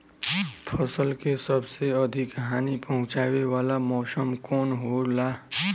फसल के सबसे अधिक हानि पहुंचाने वाला मौसम कौन हो ला?